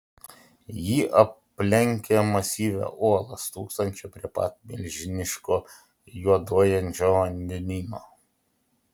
ji aplenkė masyvią uolą stūksančią prie pat milžiniško juoduojančio vandenyno